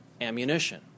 ammunition